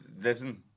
listen